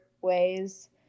ways